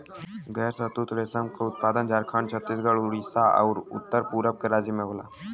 गैर शहतूत रेशम क उत्पादन झारखंड, छतीसगढ़, उड़ीसा आउर उत्तर पूरब के राज्य में होला